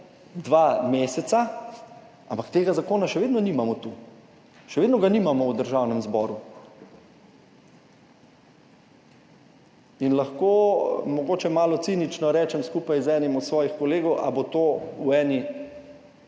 dva meseca, ampak tega zakona še vedno nimamo tu, še vedno ga nimamo v Državnem zboru. In lahko mogoče malo cinično rečem skupaj z enim od svojih kolegov, ali bo to v eni